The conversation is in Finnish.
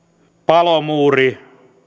palomuuri